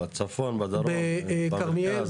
בצפון, בדרום, במרכז?